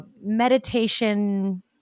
meditation